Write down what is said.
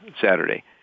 Saturday